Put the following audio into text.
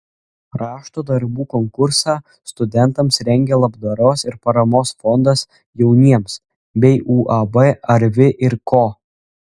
rašto darbų konkursą studentams rengia labdaros ir paramos fondas jauniems bei uab arvi ir ko